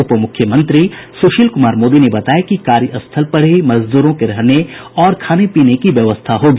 उप मुख्यमंत्री सुशील कुमार मोदी ने बताया कि कार्य स्थल पर ही मजदूरों के रहने और खाने पीने की व्यवस्था होगी